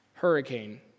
hurricane